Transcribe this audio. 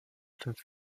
fünf